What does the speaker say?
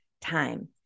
time